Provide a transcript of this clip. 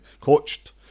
coached